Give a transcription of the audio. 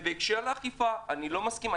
ובהקשר לאכיפה אני לא מסכים,